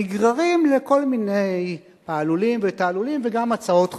נגררים לכל מיני פעלולים ותעלולים וגם להצעות חוק.